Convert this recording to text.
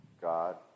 God